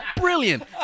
brilliant